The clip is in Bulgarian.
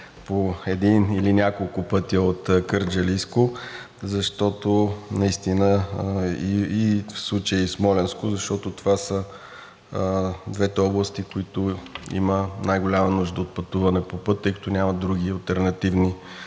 по един или няколко пъти от Кърджалийско, защото наистина – в случая и Смолянско, защото това са двете области, в които има най голяма нужда от пътуване по път, тъй като няма други алтернативни